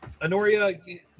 Anoria